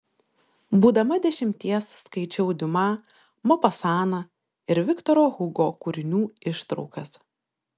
būdama dešimties skaičiau diuma mopasaną ir viktoro hugo kūrinių ištraukas